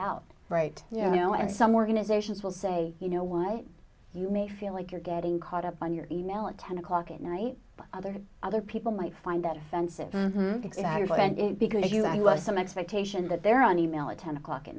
out right you know and some organizations will say you know what you may feel like you're getting caught up on your e mail at ten o'clock at night but other other people might find that offensive because if you are some expectation that they're on e mail a ten o'clock at